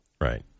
Right